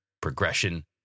progression